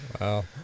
Wow